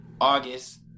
August